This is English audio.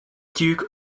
duke